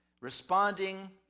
responding